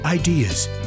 ideas